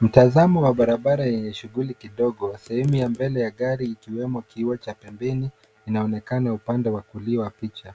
Mtazamo wa barabara yenye shughuli kidogo. Sehemu ya mbele ya gari ikiwemo kioo cha pembeni kinaonekana upande wa kulia wa picha.